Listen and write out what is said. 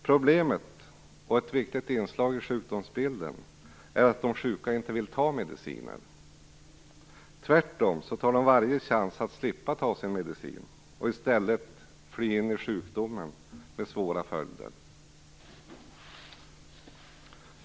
Problemet, och ett viktigt inslag i sjukdomsbilden, är att de sjuka inte vill ta sin medicin. Tvärtom nyttjar de varje chans att slippa ta sin medicin för att i stället fly in i sjukdomen", med svåra följder.